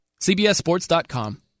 cbssports.com